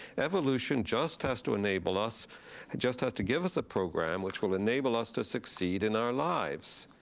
evolution just has to enable us, it just has to give us a program which will enable us to succeed in our lives.